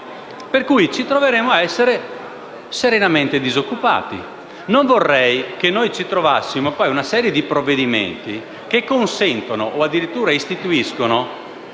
per cui ci troveremo ad essere serenamente disoccupati. Non vorrei che ci trovassimo di fronte una serie di provvedimenti che consentano o addirittura istituiscano